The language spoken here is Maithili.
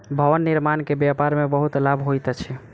भवन निर्माण के व्यापार में बहुत लाभ होइत अछि